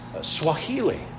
Swahili